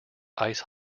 ice